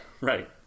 right